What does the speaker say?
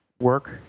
work